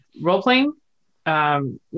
role-playing